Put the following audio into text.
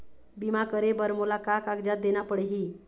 बीमा करे बर मोला का कागजात देना पड़ही?